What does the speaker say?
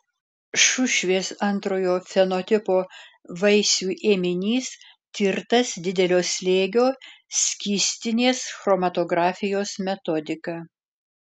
šušvės antrojo fenotipo vaisių ėminys tirtas didelio slėgio skystinės chromatografijos metodika